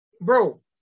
Bro